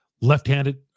Left-handed